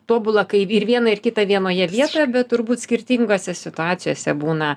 tobula kai viena ir kita vienoje vietoje bet turbūt skirtingose situacijose būna